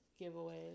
giveaways